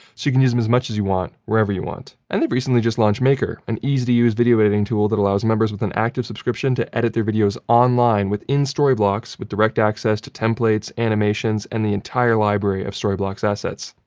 so you can use them as much as you want, wherever you want. and, they've recently just launched maker, an easy to use video editing tool that allows members with an active subscription to edit their videos online within storyblocks with direct access to templates, animations and the entire library of storyblocks assets.